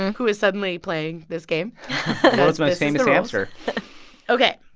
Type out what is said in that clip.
who is suddenly playing this game world's most famous hamster ok.